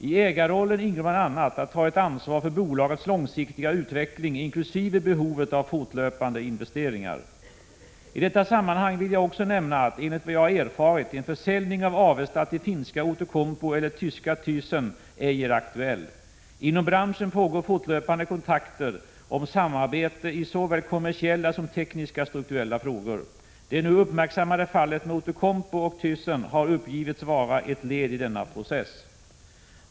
I ägarrollen ingår bl.a. att ta ett ansvar för bolagets långsiktiga utveckling inkl. behovet av fortlöpande investeringar. I detta sammanhang vill jag också nämna att, enligt vad jag erfarit, en försäljning av Avesta till finska Outokumpu eller tyska Thyssen ej är aktuell. Inom branschen pågår fortlöpande kontakter om samarbete i såväl kommersiella som teknisk-strukturella frågor. Det nu uppmärksammade fallet med Outokumpu och Thyssen har uppgivits vara ett led i denna process.